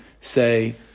say